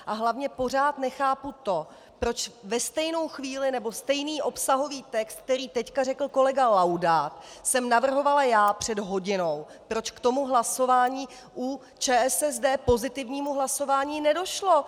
A hlavně pořád nechápu to, proč ve stejnou chvíli nebo stejný obsahový text, který teď řekl kolega Laudát, jsem navrhovala já před hodinou, proč k tomu hlasování u ČSSD, pozitivnímu hlasování, nedošlo.